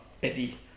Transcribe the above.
busy